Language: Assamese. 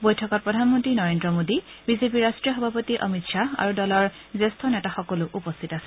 বৈঠকত প্ৰধানমন্তী নৰেদ্ৰ মোডী বিজেপিৰ ৰাট্টীয় সভাপতি অমিত খাহ আৰু দলৰ জ্যেষ্ঠ নেতাসকলো উপস্থিত আছিল